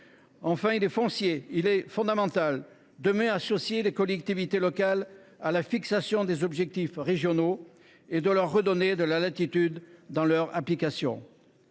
Enfin, il est fondamental de mieux associer les collectivités locales à la fixation des objectifs régionaux et de leur redonner de la latitude pour les atteindre.